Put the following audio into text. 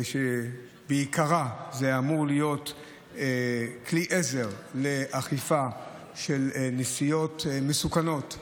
בעיקרו זה אמור להיות כלי עזר לאכיפה של נסיעות מסוכנות,